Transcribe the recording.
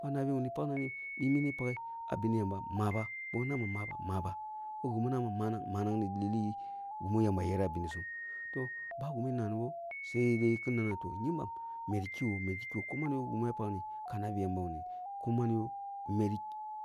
Ba nabi bi puk namini ki mine paghe ah bene yamba maba boh baba maba maba boh gimi nama manang manang ni lili gimi yamba yerah ah benesum. Toh, ba gimi nanibo sede kin nabo na kyembam meti kegho meti kigho meti kigho, ko man yoh gima pakni ka nabi yamba wuni ko man yoh meti